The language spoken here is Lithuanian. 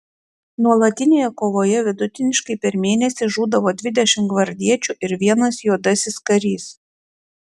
nuolatinėje kovoje vidutiniškai per mėnesį žūdavo dvidešimt gvardiečių ir vienas juodasis karys